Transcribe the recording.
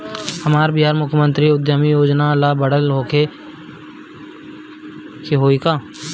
हमरा बिहार मुख्यमंत्री उद्यमी योजना ला पढ़ल होखे के होई का?